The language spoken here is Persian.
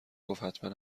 گفت، حتما